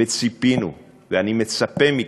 ציפינו, ואני מצפה מכם: